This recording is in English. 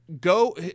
Go –